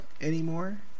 anymore